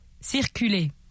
circuler